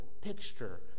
picture